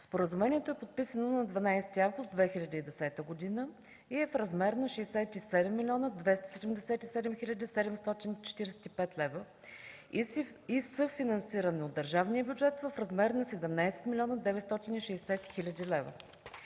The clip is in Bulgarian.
Споразумението е подписано на 12 август 2010 г. и е в размер на 67 млн. 277 хил. 745 лв. и съфинансирано от държавния бюджет в размер на 17 млн. 960 хил. лв.